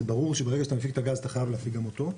זה ברור שברגע שאתה מפיק את הגז אתה חייב להפיק גם אותו.